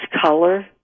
color